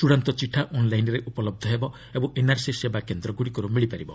ଚୃଡ଼ାନ୍ତ ଚିଠା ଅନ୍ଲାଇନ୍ରେ ଉପଲବ୍ଧ ହେବ ଓ ଏନ୍ଆର୍ସି ସେବା କେନ୍ଦ୍ରଗୁଡ଼ିକର୍ତ ମିଳିପାରିବ